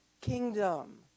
kingdom